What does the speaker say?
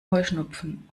heuschnupfen